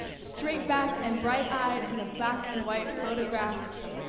straight backed and bright eyed in the black and white photographs,